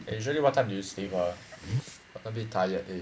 eh usually what time do you sleep ah a bit tired eh